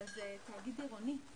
אבל זה תאגיד עירוני.